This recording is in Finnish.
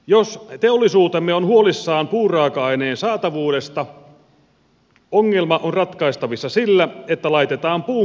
jos teollisuutemme on huolissaan puuraaka aineen saatavuudesta ongelma on ratkaistavissa sillä että laitetaan puun kuutiohinta kohdilleen